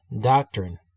doctrine